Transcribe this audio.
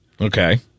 okay